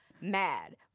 mad